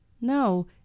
No